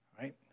right